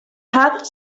had